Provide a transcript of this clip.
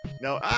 No